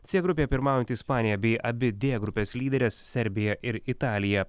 c grupėje pirmaujanti ispanija bei abi d grupės lyderės serbija ir italija